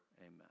Amen